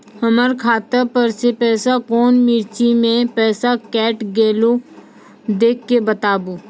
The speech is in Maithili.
हमर खाता पर से पैसा कौन मिर्ची मे पैसा कैट गेलौ देख के बताबू?